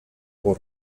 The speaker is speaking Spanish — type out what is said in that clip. por